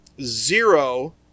zero